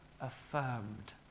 affirmed